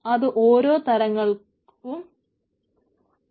അത് ഓരോ തരങ്ങൾക്കും വ്യത്യസ്തമാണ്